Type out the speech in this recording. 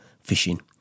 fishing